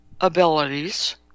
abilities